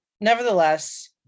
nevertheless